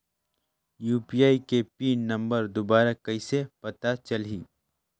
UPI के PIN number दुबारा कइसे पता चलही?